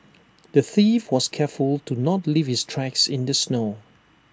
the thief was careful to not leave his tracks in the snow